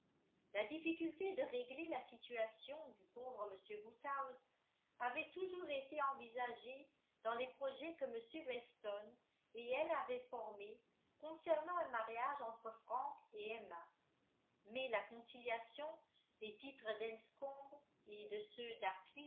la difficulté de régler la situation du pauvre m woodhouse avait toujours été envisagée dans les projets que m weston et elle avaient formés concernant un mariage entre frank et emma mais la conciliation des titres d'enscombe et de ceux